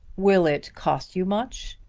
will it cost you much?